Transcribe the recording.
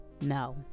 no